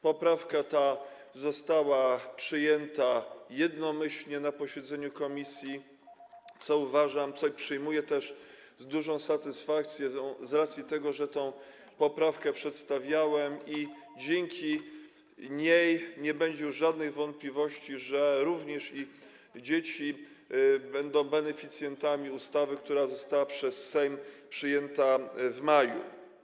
Poprawka ta została przyjęta jednomyślnie na posiedzeniu komisji, co przyjmuję też z dużą satysfakcją z racji tego, że tę poprawkę przedstawiałem i dzięki niej nie będzie już żadnych wątpliwości, że również dzieci będą beneficjentami ustawy, która została przez Sejm przyjęta w maju.